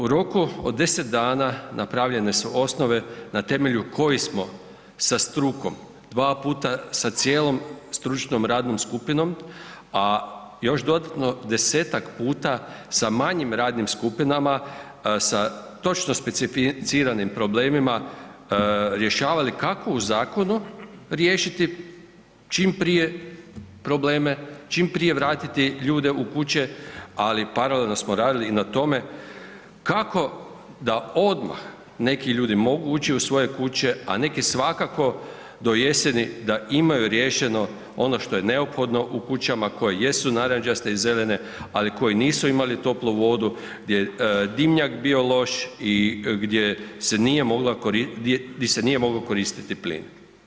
U roku od 10 dana napravljene su osnove na temelju kojih smo sa strukom dva puta sa cijelom stručnom radnom skupinom, a još dodatno 10-tak puta sa manjim radnim skupinama, sa točno specificiranim problemima, rješavali kako u zakonu riješiti čim prije probleme, čim prije vratiti ljude u kuće, ali paralelno smo radili i na tome kako da odmah neki ljudi mogu ući u svoje kuće, a neki svakako do jeseni da imaju riješeno ono što je neophodno u kućama koje jesu narančaste i zelene, ali koji nisu imali toplu vodu, gdje je dimnjak bio loš i gdje se nije mogla, di se nije mogao koristiti plin.